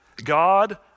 God